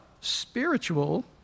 spiritual